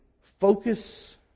focus